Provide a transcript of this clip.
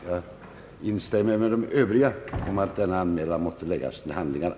Jag instämmer med de övriga talarna i att denna anmälan måtte läggas till handlingarna.